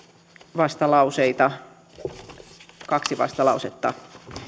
kaksi vastalausetta